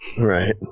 right